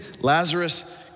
Lazarus